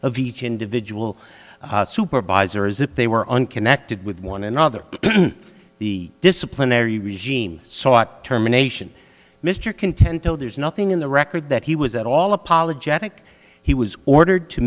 of each individual supervisors that they were unconnected with one another the disciplinary regime sought terminations mr content told there's nothing in the record that he was at all apologetic he was ordered to